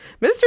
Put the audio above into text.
Mr